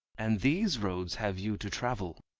and these roads have you to travel.